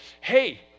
Hey